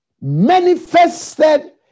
manifested